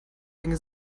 dinge